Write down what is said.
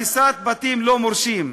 הריסת בתים לא מורשים,